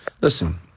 listen